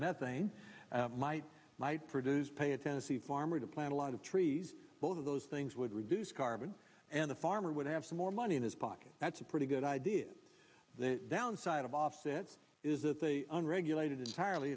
methane might might produce pay a tennessee farmer to plant a lot of trees both of those things would reduce carbon and the farmer would have some more money in his pocket that's a pretty good ideas the downside of offsets is that the unregulated entirely